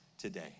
today